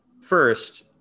first